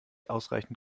ausreichend